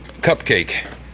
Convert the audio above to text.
cupcake